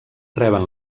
reben